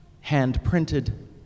hand-printed